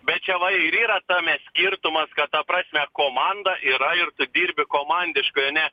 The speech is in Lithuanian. bet čia va ir yra tame skirtumas kad ta prasme komanda yra ir tu dirbi komandiškai o ne